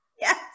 yes